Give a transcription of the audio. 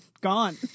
gone